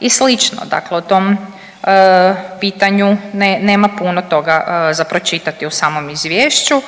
i slično, dakle o tom pitanju nema puno toga za pročitati u samom izvješću.